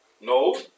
No